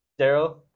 Daryl